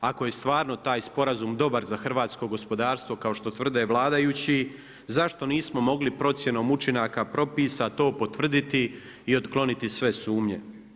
Ako je stvarno taj sporazum dobar za hrvatsko gospodarstvo kao što tvrde vladajući, zašto nismo mogli procjenom učinaka propisa to potvrditi i otkloniti sve sumnje.